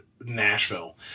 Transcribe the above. Nashville